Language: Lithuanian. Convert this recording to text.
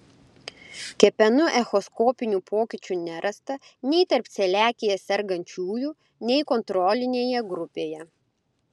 kepenų echoskopinių pokyčių nerasta nei tarp celiakija sergančiųjų nei kontrolinėje grupėje